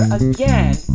again